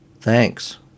Thanks